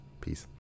Peace